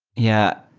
yeah.